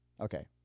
Okay